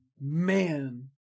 Man